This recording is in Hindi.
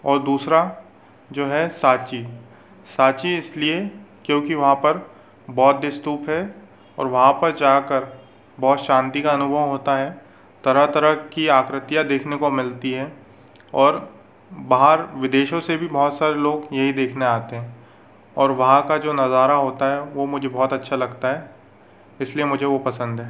और दूसरा जो है साँची साँची इसलिए क्यूँकि वहाँ पर बौद्ध स्तूप है और वहाँ पर जाकर बहुत शांति का अनुभव होता है तरह तरह की आकृतियाँ देखने को मिलती हैं और बाहर विदेशों से भी बहुत सारे लोग यही देखने आते हैं और वहाँ का जो नज़ारा होता है वह मुझे बहुत अच्छा लगता है इसलिए मुझे वह पसंद हैं